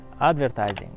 advertising